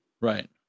Right